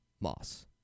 Moss